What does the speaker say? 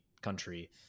country